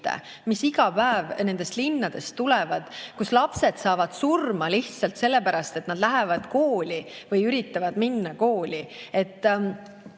mis iga päev tulevad nendest linnadest, kus lapsed saavad surma lihtsalt sellepärast, et nad lähevad kooli või üritavad minna kooli.